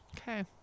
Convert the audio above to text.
okay